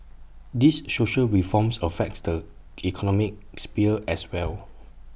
these social reforms affects the economic sphere as well